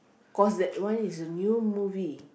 cause that one is a new movie